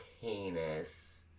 heinous